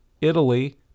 Italy